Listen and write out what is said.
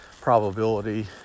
probability